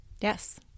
Yes